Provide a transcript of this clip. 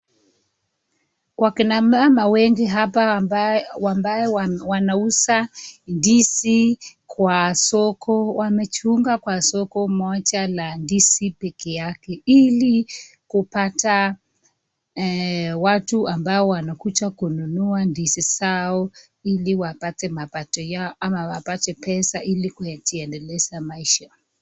Kwa kina mama wengi hapa ambaye wanauza ndizi kwa soko, wamejiunga kwa soko moja la ndizi peke yake hili kupata watu ambao wanakuja kununua ndizi zao hili wapate mapato yao ama wapate pesa hili kujiendeleza maisha.